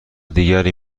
دیگری